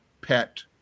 Pet